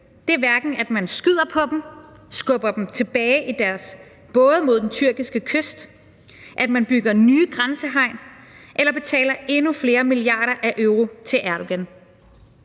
dem, er hverken at man skyder på dem, skubber dem tilbage i deres både mod den tyrkiske kyst, at man bygger nye grænsehegn eller betaler endnu flere milliarder euro til Erdogan.